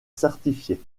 certifié